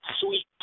Sweet